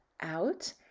out